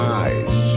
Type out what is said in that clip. eyes